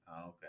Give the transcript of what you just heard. okay